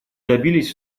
добились